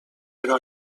però